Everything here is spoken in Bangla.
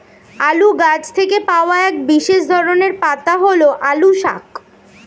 আলু গাছ থেকে পাওয়া এক বিশেষ ধরনের পাতা হল আলু শাক